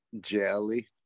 Jelly